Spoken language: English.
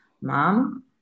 mom